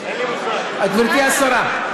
כשאני מסתכל על הדוחות של היעדים בתעסוקה של הממשלה,